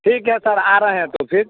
ठीक है सर आ रहे हैं तो फिर